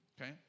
okay